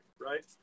right